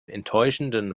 enttäuschenden